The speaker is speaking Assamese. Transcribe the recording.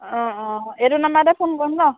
অঁ অঁ এইটো নাম্বাৰতে ফোন কৰিম নহ্